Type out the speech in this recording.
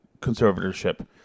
conservatorship